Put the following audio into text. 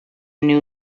new